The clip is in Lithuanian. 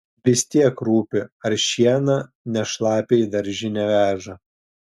vis tiek rūpi ar šieną ne šlapią į daržinę veža